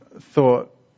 thought